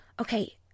Okay